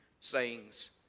sayings